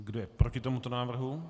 Kdo je proti tomuto návrhu?